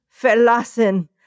verlassen